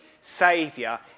saviour